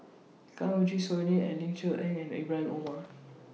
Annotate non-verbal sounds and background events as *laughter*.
*noise* Kanwaljit Soin Ling and Ling Cher Eng and Ibra Omar